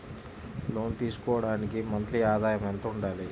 లోను తీసుకోవడానికి మంత్లీ ఆదాయము ఎంత ఉండాలి?